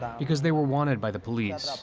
because they were wanted by the police,